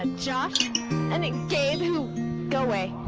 and josh and it game who go away